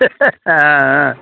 ஆ ஆ